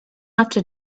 after